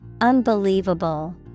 Unbelievable